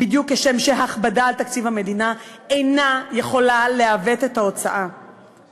בדיוק כשם שהכבדה על תקציב המדינה אינה יכולה לעוות את התוצאה".